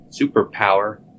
superpower